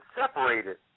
separated